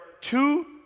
two